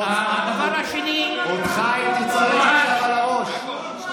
חבר הכנסת רוטמן, אותך הייתי צריך עכשיו על הראש?